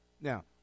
Now